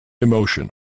Emotion